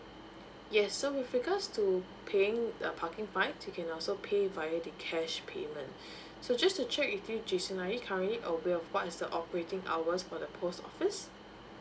yes so with regards to paying the parking fine you can also pay via the cash payment so just to check with you jason are you currently aware of what is the operating hours for the post office